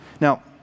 Now